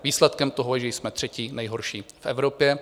Výsledkem toho je, že jsme třetí nejhorší v Evropě.